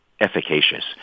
efficacious